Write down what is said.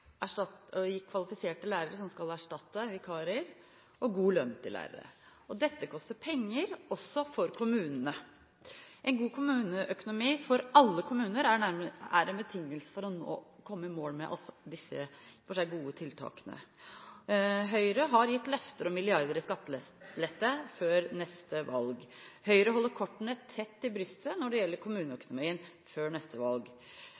kvalifiserte lærere som skal erstatte vikarer, og god lønn til lærere. Dette koster penger – også for kommunene. En god kommuneøkonomi for alle kommuner er en betingelse for å komme i mål med disse i og for seg gode tiltakene. Høyre har gitt løfter om milliarder i skattelette før neste valg. Høyre holder kortene tett til brystet når det gjelder kommuneøkonomien før neste valg,